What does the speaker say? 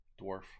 dwarf